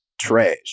trash